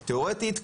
תאורטית,